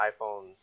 iPhone